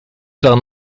waren